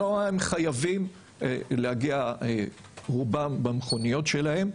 כלומר הם חייבים להגיע רובם במכוניות שלהם.